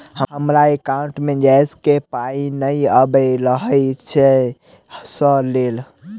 हमरा एकाउंट मे गैस केँ पाई नै आबि रहल छी सँ लेल?